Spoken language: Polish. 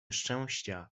szczęścia